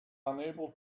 unable